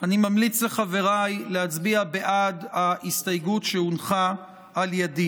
אני ממליץ לחבריי להצביע בעד ההסתייגות שהונחה על ידי.